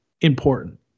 important